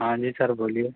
हाँ जी सर बोलिए